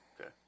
Okay